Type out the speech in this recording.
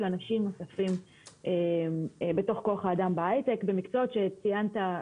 אנשים נוספים בתוך כוח האדם בהייטק במקצועות שציינת,